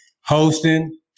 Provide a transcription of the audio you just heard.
hosting